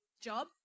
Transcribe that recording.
job